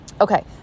okay